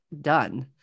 done